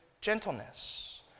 gentleness